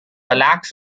العكس